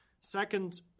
Second